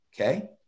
Okay